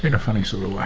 and a funny sort of way.